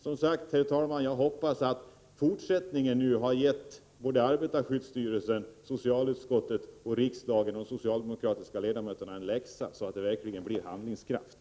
Som sagt, herr talman, hoppas jag att detta har gett arbetarskyddsstyrelsen, socialutskottet, riksdagen och socialdemokratiska ledamöter en läxa, så att det verkligen blir handlingskraft.